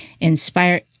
inspire